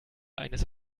eines